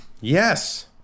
Yes